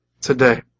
today